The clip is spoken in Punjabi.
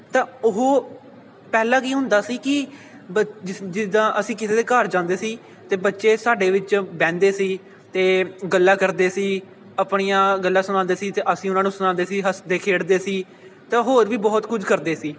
ਤਾਂ ਉਹ ਪਹਿਲਾਂ ਕੀ ਹੁੰਦਾ ਸੀ ਕਿ ਬੱ ਜਿ ਜਿੱਦਾਂ ਅਸੀਂ ਕਿਸੇ ਦੇ ਘਰ ਜਾਂਦੇ ਸੀ ਤਾਂ ਬੱਚੇ ਸਾਡੇ ਵਿੱਚ ਬਹਿੰਦੇ ਸੀ ਅਤੇ ਗੱਲਾਂ ਕਰਦੇ ਸੀ ਆਪਣੀਆਂ ਗੱਲਾਂ ਸੁਣਾਉਂਦੇ ਸੀ ਅਤੇ ਅਸੀਂ ਉਹਨਾਂ ਨੂੰ ਸੁਣਾਉਂਦੇ ਸੀ ਹੱਸਦੇ ਖੇਡਦੇ ਸੀ ਅਤੇ ਹੋਰ ਵੀ ਬਹੁਤ ਕੁਝ ਕਰਦੇ ਸੀ